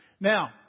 Now